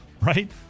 right